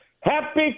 Happy